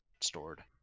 stored